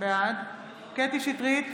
בעד קטי קטרין שטרית,